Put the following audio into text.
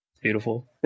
Beautiful